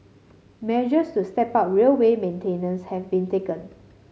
measures to step up railway maintenance have been taken